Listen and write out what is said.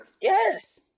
Yes